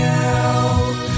now